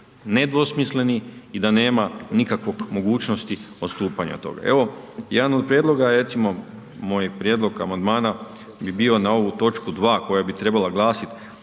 nedvosmisleni i da nema nikakve mogućnosti odstupanja od toga. Evo jedan od prijedloga je recimo, moj prijedlog amandmana bi bio na ovu točku 2. koja bi trebala glasiti